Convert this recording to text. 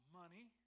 money